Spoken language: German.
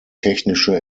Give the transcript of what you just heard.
technische